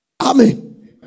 Amen